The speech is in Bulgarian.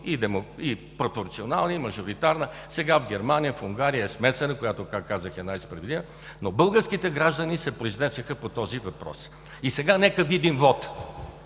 и пропорционална, и мажоритарна. Сега в Германия, в Унгария е смесена, която, както казах, е най-справедлива. Но българските граждани се произнесоха по този въпрос. И сега нека видим вота